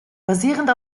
basierend